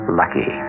lucky